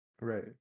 Right